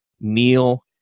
Neil